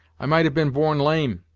i might have been born lame,